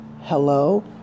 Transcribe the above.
Hello